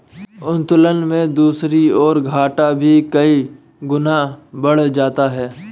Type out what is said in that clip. उत्तोलन में दूसरी ओर, घाटा भी कई गुना बढ़ जाता है